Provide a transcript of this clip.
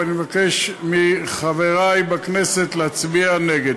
ואני מבקש מחברי בכנסת להצביע נגד.